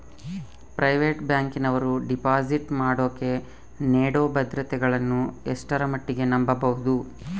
Private ಬ್ಯಾಂಕಿನವರು deposit ಮಾಡೋಕೆ ನೇಡೋ ಭದ್ರತೆಗಳನ್ನು ಎಷ್ಟರ ಮಟ್ಟಿಗೆ ನಂಬಬಹುದು?